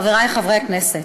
חברי חברי הכנסת,